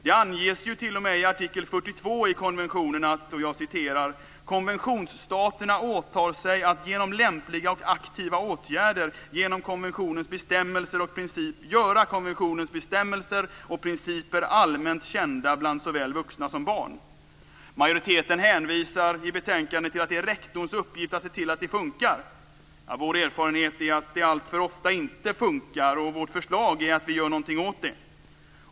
Det anges ju t.o.m. i artikel 42 i konventionen: "Konventionsstaterna åtar sig att genom lämpliga och aktiva åtgärder göra konventionens bestämmelser och principer allmänt kända bland såväl vuxna som barn." Majoriteten hänvisar i betänkandet till att det är rektors uppgift att se till att det funkar. Vår erfarenhet är att det alltför ofta inte funkar, och vårt förslag är att det görs någonting åt det.